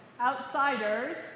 outsiders